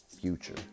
future